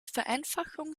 vereinfachung